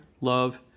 love